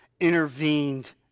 intervened